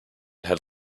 had